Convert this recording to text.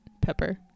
Pepper